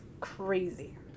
crazy